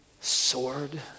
sword